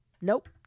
Nope